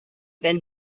been